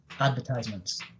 Advertisements